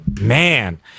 Man